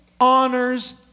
honors